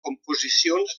composicions